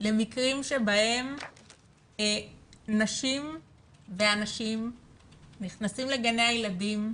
למקרים שבהם נשים ואנשים נכנסים לגני הילדים,